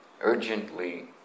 urgently